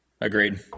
agreed